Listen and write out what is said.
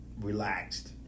relaxed